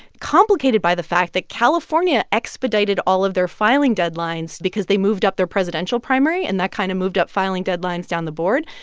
complicated by the fact that california expedited all of their filing deadlines because they moved up their presidential primary, and that kind of moved up filing deadlines down the board.